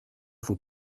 vous